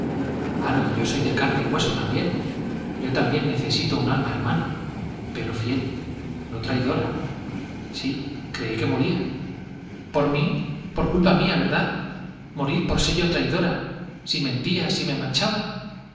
ana yo soy de carne y hueso también yo también necesito un alma hermana pero fiel no traidora sí creí que moría por mí por culpa mía verdad morir por ser yo traidora si mentía si me manchaba